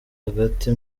agati